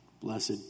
blessed